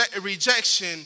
rejection